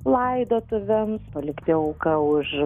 laidotuvėms palikti auką už